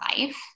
life